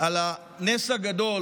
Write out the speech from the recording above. על הנס הגדול